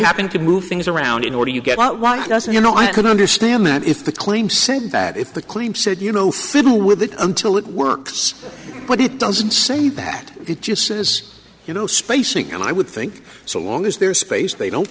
happened to move things around in order to get out why doesn't you know i could understand that if the claim said that if the claim said you know fiddle with it until it works but it doesn't say that it just says you know spacing and i would think so long as their space they don't